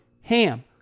HAM